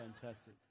fantastic